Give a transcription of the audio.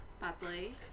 badly